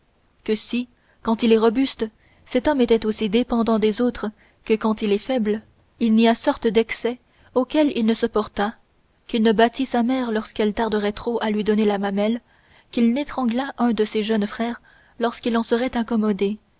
que si quand il est robuste cet homme était aussi dépendant des autres que quand il est faible il n'y a sorte d'excès auxquels il ne se portât qu'il ne battît sa mère lorsqu'elle tarderait trop à lui donner la mamelle qu'il n'étranglât un de ses jeunes frères lorsqu'il en serait incommodé